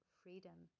freedom